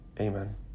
Amen